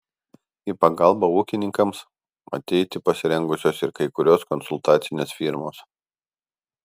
į pagalbą ūkininkams ateiti pasirengusios ir kai kurios konsultacinės firmos